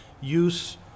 use